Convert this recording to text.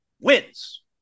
wins